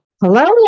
Hello